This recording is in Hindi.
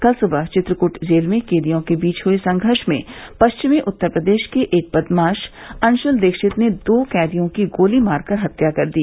कल सुबह चित्रकूट जेल में कैदियों के बीच हए संघर्ष में पश्चिमी उत्तर प्रदेश के एक बदमाश अंशुल दीक्षित ने दो कैदियों की गोली मार कर हत्या कर दी